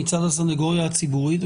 מצד הסנגוריה הציבורית,